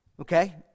okay